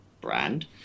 brand